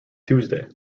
tuesday